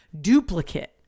duplicate